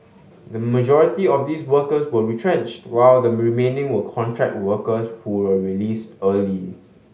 the majority of these workers were retrenched while the remaining were contract workers who were released early